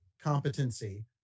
Competency